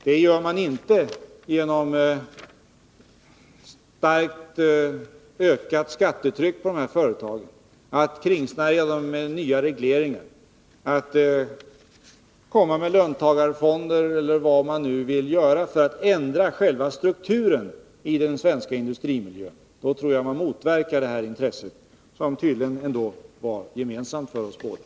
Det uppnår man inte genom starkt ökat skattetryck på dessa företag, genom att kringsnärja dem med nya regleringar, genom att införa löntagarfonder — eller vad man nu vill göra för att ändra själva strukturen i den svenska industrimiljön. Då tror jag att man motverkar detta intresse som tydligen ändå var gemensamt för oss båda.